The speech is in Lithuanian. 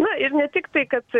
na ir ne tik tai kad